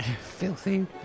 filthy